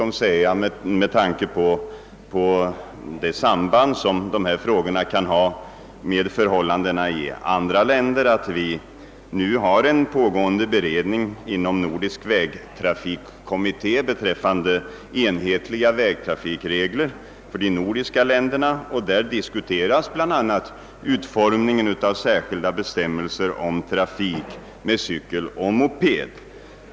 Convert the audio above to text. Med tanke på det samband som dessa frågor kan ha med förhållandena i andra länder kan jag dessutom nämna, att en beredning pågår inom Nordisk' vägtrafikkommitté beträffande enhetliga vägtrafikregler för de nordiska länderna. Där diskuteras bla. iutformningen av särskilda bestämmelser om trafik med cykel och moped.